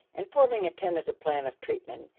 and forming a tentative plan of treatment,